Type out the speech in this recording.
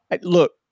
look